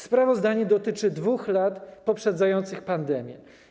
Sprawozdanie dotyczy 2 lat poprzedzających pandemię.